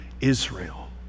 Israel